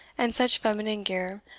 and such feminine gear,